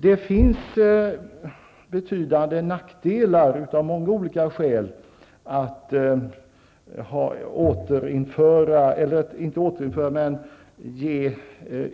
Det finns betydande nackdelar av många olika slag med att